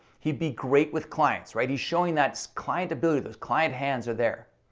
he'd be great with clients, right? he's showing that so client ability those client hands are there.